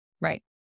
right